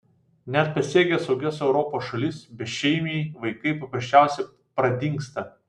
net pasiekę saugias europos šalis bešeimiai vaikai paprasčiausiai pradingsta